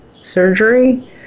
surgery